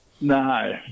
No